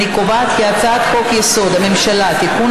אני קובעת כי הצעת חוק-יסוד: הממשלה (תיקון,